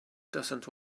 doesn’t